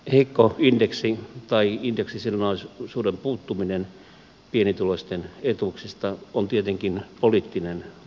heikko indeksi tai indeksisidonnaisuuden puuttuminen pienituloisten etuuksista on tietenkin poliittinen valinta